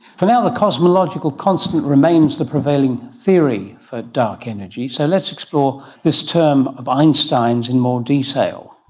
for now the cosmological constant remains the prevailing theory for dark energy, so let's explore this term of einstein's in more detail.